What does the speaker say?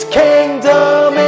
kingdom